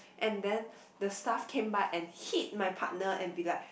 and then the staff came back and hit my partner and be like